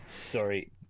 Sorry